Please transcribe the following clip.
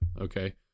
Okay